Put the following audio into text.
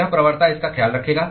यह प्रवणता इसका ख्याल रखेगा